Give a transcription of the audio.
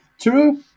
true